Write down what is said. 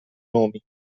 nomi